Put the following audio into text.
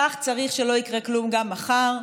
כך צריך שלא יקרה כלום גם מחר,